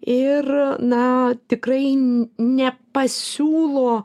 ir na tikrai n nepasiūlo